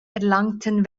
erlangten